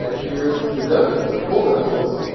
but here's the devtools, the full devtools.